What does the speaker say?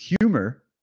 Humor